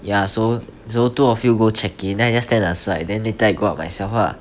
ya so so two of you go check in then I just stand at the side then later I go up myself loh